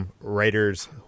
Writer's